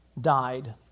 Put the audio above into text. died